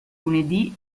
lunedì